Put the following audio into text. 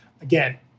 again